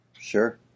Sure